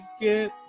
get